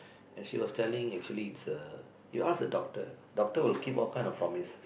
and she was telling actually it's a you ask the doctor doctor will keep all kind of promise